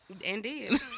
Indeed